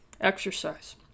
exercise